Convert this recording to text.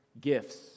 gifts